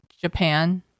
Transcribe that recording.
Japan